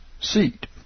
seat